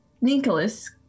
Nicholas